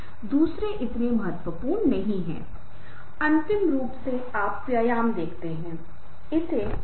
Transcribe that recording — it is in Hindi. सभी अधिकार रणनीतिक रूप से उन सभी चीजों को धीमा करते हैं जो मैंने पहले भी कहा है